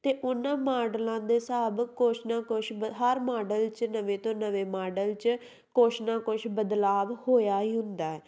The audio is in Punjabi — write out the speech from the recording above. ਅਤੇ ਉਹਨਾਂ ਮਾਡਲਾਂ ਦੇ ਹਿਸਾਬ ਕੁਛ ਨਾ ਕੁਛ ਬ ਹਰ ਮਾਡਲ 'ਚ ਨਵੇਂ ਤੋਂ ਨਵੇਂ ਮਾਡਲ 'ਚ ਕੁਛ ਨਾ ਕੁਛ ਬਦਲਾਵ ਹੋਇਆ ਈ ਹੁੰਦਾ ਹੈ